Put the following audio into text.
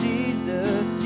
Jesus